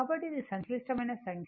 కాబట్టి ఇది సంక్లిష్టమైన సంఖ్య